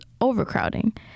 overcrowding